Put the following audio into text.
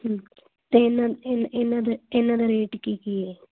ਅਤੇ ਇਹਨਾਂ ਇਹਨਾਂ ਇਹਨਾਂ ਦਾ ਇਹਨਾਂ ਦਾ ਰੇਟ ਕੀ ਕੀ ਹੈ